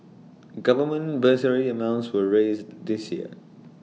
government bursary amounts were raised this year